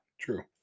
True